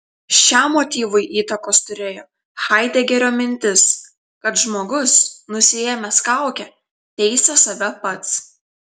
šiam motyvui įtakos turėjo haidegerio mintis kad žmogus nusiėmęs kaukę teisia save pats